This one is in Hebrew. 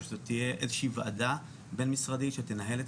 או שזו תהיה איזושהי ועדה בין-משרדית שתנהל את